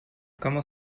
comment